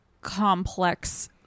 complex